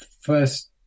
first